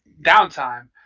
downtime